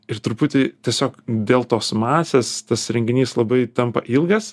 ir truputį tiesiog dėl tos masės tas renginys labai tampa ilgas